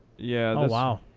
yeah. oh, wow.